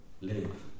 live